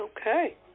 Okay